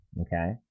Okay